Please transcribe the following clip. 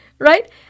Right